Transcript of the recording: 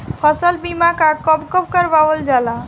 फसल बीमा का कब कब करव जाला?